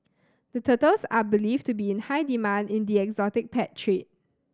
the turtles are believed to be in high demand in the exotic pet trade